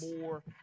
more